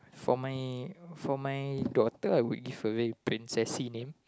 for my for my daughter I would give a very princessy name